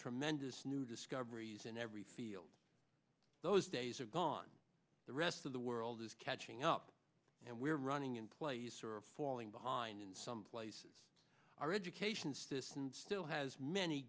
tremendous new discoveries in every field those days are gone the rest of the world is catching up and we are running in place or falling behind in some places our education system still has many